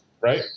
right